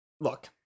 look